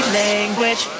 language